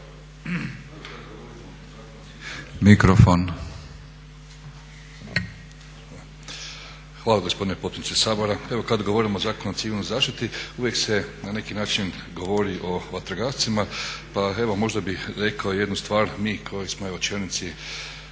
Hvala gospodine potpredsjedniče Sabora. Evo kad govorimo o Zakonu o civilnoj zaštiti uvijek se na neki način govori o vatrogascima pa evo možda bih rekao jednu stvar. Mi koji smo čelnici